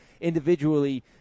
individually